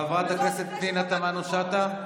חברת הכנסת פנינה תמנו שטה,